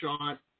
shot